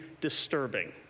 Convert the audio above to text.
disturbing